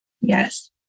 Yes